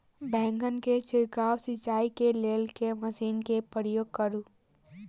बैंगन केँ छिड़काव सिचाई केँ लेल केँ मशीन केँ प्रयोग करू?